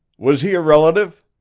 was he a relative?